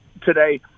today –